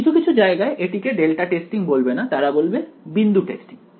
কিছু কিছু জায়গায় এটিকে ডেল্টা টেস্টিং বলবেনা তারা বলবে বিন্দু টেস্টিং